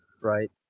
Right